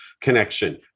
connection